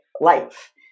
life